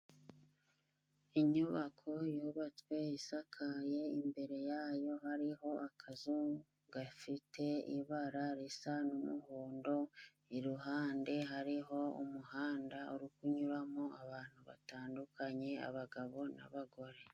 Inyubako yubatswe isakaye imbere yayo hariho akazu gafite ibara risa n'umuhondo, iruhande hariho umuhanda uri kunyuramo abantu batandukanye, abagabo n'abagore.